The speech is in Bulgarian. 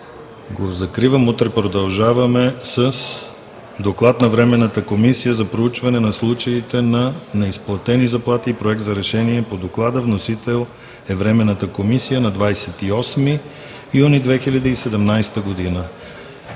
го закривам. Утре продължаваме с Доклад на Временната комисия за проучване на случаите на неизплатени заплати и Проект за решение по Доклада. Вносител е Временната комисия на 28 юни 2017 г.